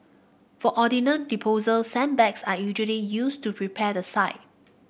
for ordnance disposal sandbags are usually used to prepare the site